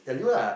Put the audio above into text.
(uh huh)